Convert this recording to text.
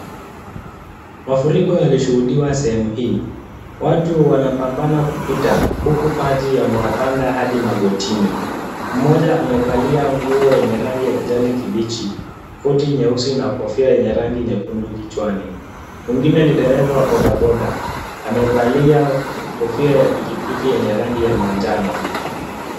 Mafuriko yalishuhudiwa sehemu hii. Watu wanapambana kupita huku maji yamewapanda hadi magotini. Mmoja amevalia nguo yenye rangi ya kijani kibichi, koti nyeusi na kofia yenye rangi nyekundu kichwani. Wengine ni dereva wa bodaboda, amevalia kofia ya pikipiki yenye rangi ya manjano.